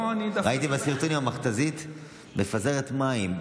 ראיתי בסרטונים שהמכת"זית מפזרת מים,